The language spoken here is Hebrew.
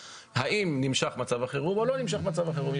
האם נמשך מצב החירום או לא נמשך מצב החירום.